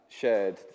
shared